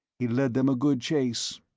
he led them a good chase.